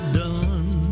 done